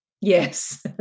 Yes